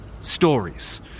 stories